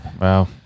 Wow